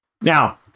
Now